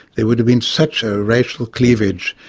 there would have been such a racial cleavage,